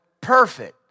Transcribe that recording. perfect